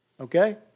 Okay